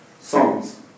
songs